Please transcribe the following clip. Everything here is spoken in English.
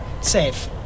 safe